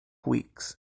weeks